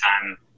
time